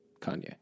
Kanye